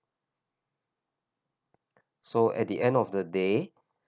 so at the end of the day